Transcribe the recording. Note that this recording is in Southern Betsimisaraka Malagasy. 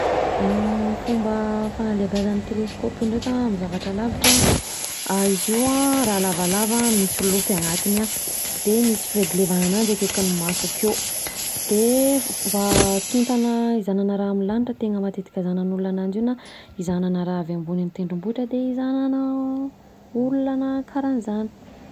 Ny fomba fanalebiazan'ny teleskopy io ndreka an amin'ny zavatra lavitra izy io raha lavalava misy lopy anatiny an, de misy fireglevana kaikin'ny maso akao de kintana hizahagnana raha avy amain'ny lanitra tegna matetika hizahagnan' olona ananjy io, na hizahagnana raha avy ambony amin'ny tendrombohitra, de hizahanana olona na karanzany.